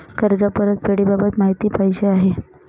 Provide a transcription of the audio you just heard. कर्ज परतफेडीबाबत माहिती पाहिजे आहे